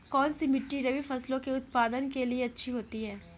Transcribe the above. कौनसी मिट्टी रबी फसलों के उत्पादन के लिए अच्छी होती है?